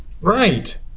right